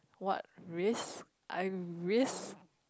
what risk I risk